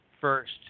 First